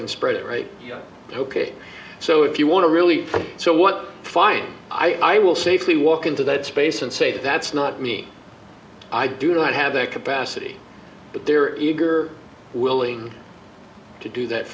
and spread it right ok so if you want to really so what fine i will safely walk into that space and say that's not me i do not have that capacity but there is willing to do that